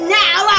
now